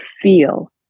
feel